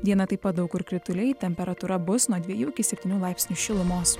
dieną taip pat daug kur krituliai temperatūra bus nuo dviejų iki septynių laipsnių šilumos